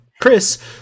Chris